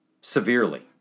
severely